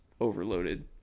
overloaded